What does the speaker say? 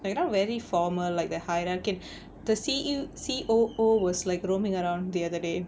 like not very formal like the hierarchy the C_E~ C_O_O was like roaming around the other day